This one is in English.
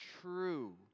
true